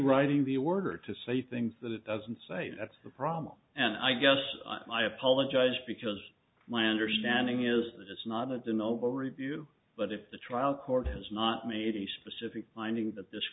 writing the order to say things that it doesn't say that's the problem and i guess i apologize because my understanding is that it's not at the novel review but if the trial court has not made a specific finding that this